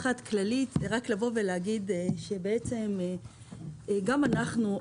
גם אנחנו,